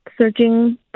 searching